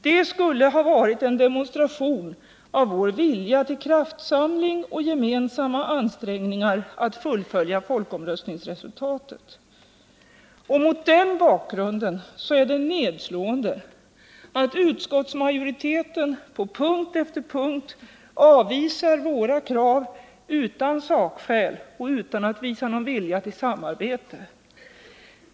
Det skulle ha varit en demonstration av vår vilja till kraftsamling och gemensamma ansträngningar att fullfölja folkomröstningsresultatet. Mot den bakgrunden är det nedslående att utskottsmajoriteten på punkt efter punkt avvisat våra krav utan sakskäl och utan att visa någon vilja till samarbete.